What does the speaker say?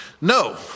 No